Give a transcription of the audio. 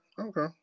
okay